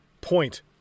point